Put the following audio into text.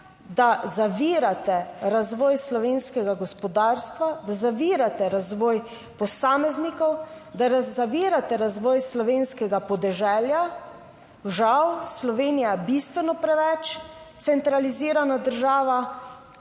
da zavirate razvoj slovenskega gospodarstva, da zavirate razvoj posameznikov, da zavirate razvoj slovenskega podeželja. Žal Slovenija je bistveno preveč centralizirana država.